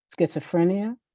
schizophrenia